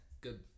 Good